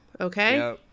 Okay